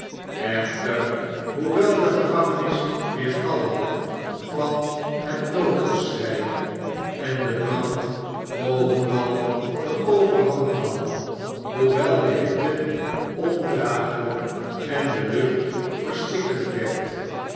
echter hoewel de gevangenis weergalmde van het noodgeschrei en de brand overal de overhand nam hoewel de hitte ondragehjk en de lucht verstikkend werd